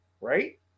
right